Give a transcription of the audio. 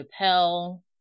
Chappelle